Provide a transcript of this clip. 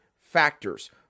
factors